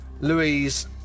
Louise